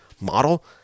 model